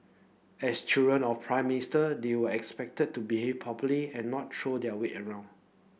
as children of Prime Minister they were expected to behave properly and not throw their weight around